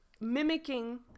mimicking